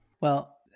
Well-